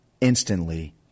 instantly